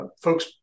Folks